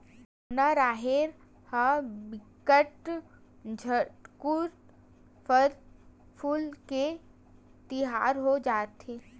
हरूना राहेर ह बिकट झटकुन फर फूल के तियार हो जथे